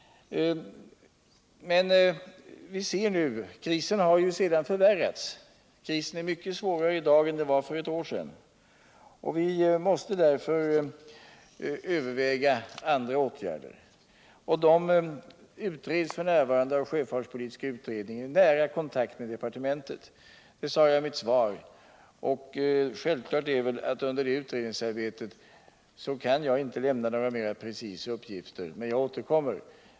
Men krisen har sedan förvärrats. Den är mycket svårare i dag än den var för ett år sedan. Vi måste därför överväga andra åtgärder. Detta utreds ft. n. av sjöfartspolitiska utredningen i nära kontakt med departementet. Det sade jag i mitt svar. Självklart är väl att under det att utredningsarbetet pågår kan jag inte lämna några mera precisa uppgifter. Men jag återkommer.